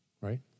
right